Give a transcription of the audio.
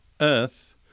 earth